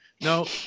No